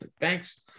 Thanks